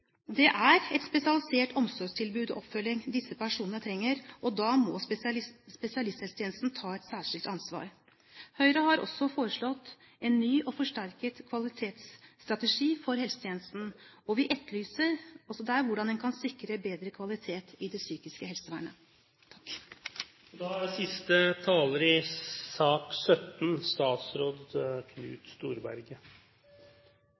Det er et spesialisert omsorgstilbud og oppfølging disse personene trenger, og da må spesialisthelsetjenesten ta et særskilt ansvar. Høyre har også foreslått en ny og forsterket kvalitetsstrategi for helsetjenesten, og vi etterlyser også der hvordan en kan sikre bedre kvalitet i det psykiske helsevernet. Da er siste taler i sak nr. 17 statsråd